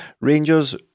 Rangers